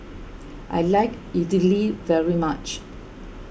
I like Idili very much